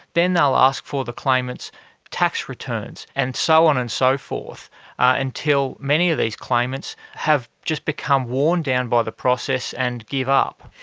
then they'll ask for the claimant's tax returns, and so on and so forth until many of these claimants have just become worn down by the process and give up.